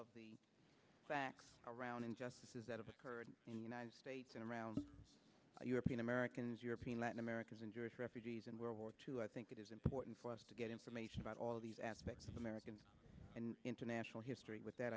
of the facts around injustices that have occurred in the united states and around european americans european latin america's interest refugees and world war two i think it is important for us to get information about all these aspects of american and international history with that